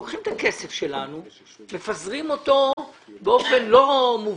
לוקחים את הכסף שלנו, מפזרים אותו באופן לא מובן,